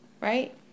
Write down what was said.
right